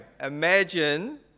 Imagine